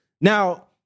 Now